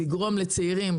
יש לגרום לצעירים